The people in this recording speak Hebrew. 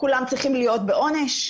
כולם צריכים להיות בעונש?